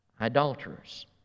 Idolaters